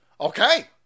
Okay